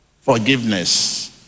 forgiveness